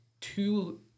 Two